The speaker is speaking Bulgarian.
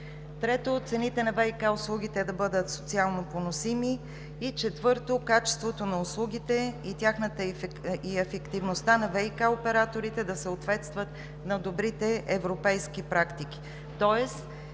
Трето, цените на ВиК услугите да бъдат социално поносими. Четвърто, качеството на услугите и ефективността на ВиК операторите да съответстват на добрите европейски практики,